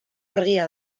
argia